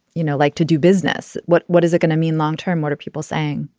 you know, like to do business? what what is it going to mean long term? what are people saying?